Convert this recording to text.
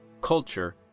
culture